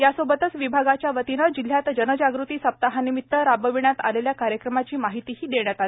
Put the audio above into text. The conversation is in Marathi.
यासोबतच विभागाच्या वतीने जिल्ह्यात जनजागृती सप्ताहानिमित्त राबविण्यात आलेल्या कार्यक्रमाची माहिती देण्यात आली